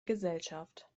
gesellschaft